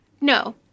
No